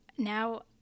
Now